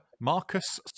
Marcus